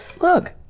Look